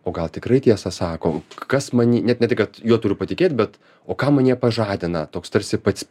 o gal tikrai tiesą sako kas many net ne tai kad juo turiu patikėt bet o kam man jie pažadina toks tarsi pats